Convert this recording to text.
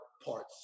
parts